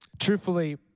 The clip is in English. truthfully